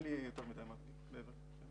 אין לי להוסיף מעבר לזה.